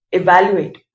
evaluate